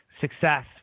success